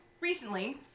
recently